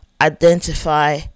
identify